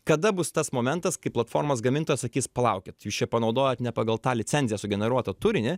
kada bus tas momentas kai platformos gamintojas sakys palaukit jūs čia panaudojot ne pagal tą licenziją sugeneruotą turinį